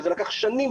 שלקח שנים,